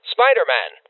Spider-Man